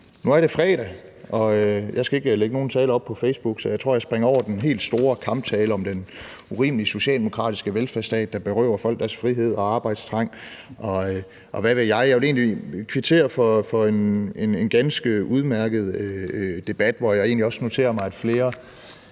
Nu er det fredag, og jeg skal ikke lægge nogen taler op på Facebook, så jeg tror, jeg springer den helt store kamptale om den urimelige socialdemokratiske velfærdsstat, der berøver folk deres frihed og arbejdstrang, og hvad ved jeg, over. Jeg vil kvittere for en ganske udmærket debat, hvor jeg egentlig også noterer mig, at flere